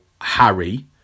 harry